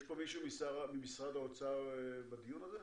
יש פה מישהו ממשרד האוצר בדיון הזה?